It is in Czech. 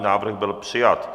Návrh byl přijat.